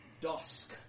dusk